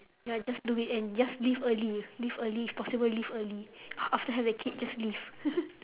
ya just do it and just leave early leave early if possible leave early after have the kid just leave